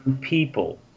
People